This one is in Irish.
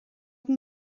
agam